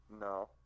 No